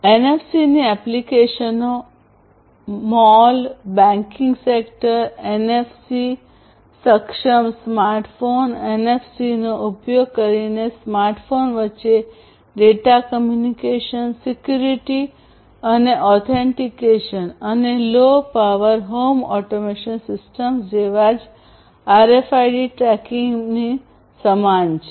એનએફસીની એપ્લિકેશનો માલ banking sector NFC સક્ષમ સ્માર્ટફોન એનએફસીનો ઉપયોગ કરીને સ્માર્ટફોન વચ્ચે ડેટા કમ્યુનિકેશન સિક્યુરિટી અને ઓથેન્ટિકેશન અને low power home automation systems જેવા જ આરએફઆઈડી ટ્રેકિંગની સમાન છે